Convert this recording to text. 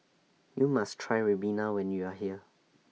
YOU must Try Ribena when YOU Are here